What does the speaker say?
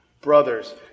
Brothers